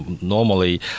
normally